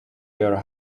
your